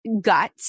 gut